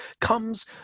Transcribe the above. comes